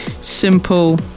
simple